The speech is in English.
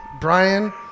Brian